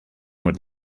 would